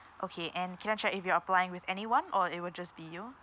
okay and can I check if you're applying with anyone or it will just be you